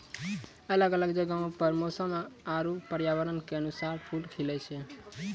अलग अलग जगहो पर मौसम आरु पर्यावरण क अनुसार फूल खिलए छै